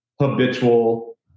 habitual